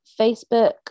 Facebook